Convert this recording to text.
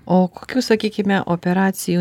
o kokių sakykime operacijų